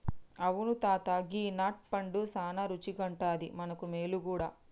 అవును తాత గీ నట్ పండు సానా రుచిగుండాది మనకు మేలు గూడా